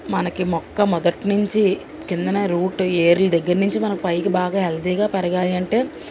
మనకి మొక్క మొదట్నుంచి కిందనే రూట్ ఏర్లు దగ్గర నుంచి మనకి పైకి బాగా హెల్దీగా పెరగాలి అంటే